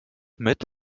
mit